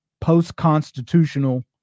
post-constitutional